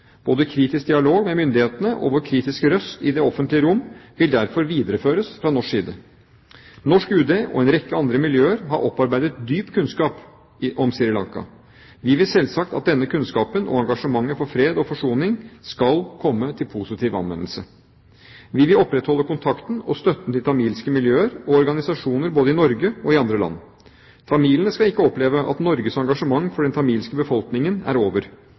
Både kritisk dialog med myndighetene og vår kritiske røst i det offentlige rom vil derfor videreføres fra norsk side. Norsk UD og en rekke andre miljøer har opparbeidet dyp kunnskap om Sri Lanka. Vi vil selvsagt at denne kunnskapen og engasjementet for fred og forsoning skal komme til positiv anvendelse. Vi vil opprettholde kontakten og støtten til tamilske miljøer og organisasjoner både i Norge og i andre land. Tamilene skal ikke oppleve at Norges engasjement for den tamilske befolkningen er over.